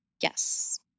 Yes